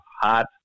hot